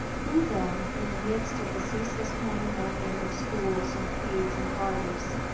who, then, in the midst of the ceaseless pandemonium of schools and creeds and parties,